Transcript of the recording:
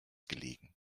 gelegen